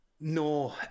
No